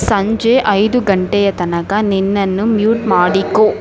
ಸಂಜೆ ಐದು ಗಂಟೆಯ ತನಕ ನಿನ್ನನ್ನು ಮ್ಯೂಟ್ ಮಾಡಿಕೋ